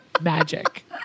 magic